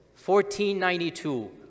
1492